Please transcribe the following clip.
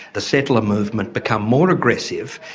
the settler movement become more aggressive,